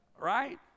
Right